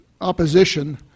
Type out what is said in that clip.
opposition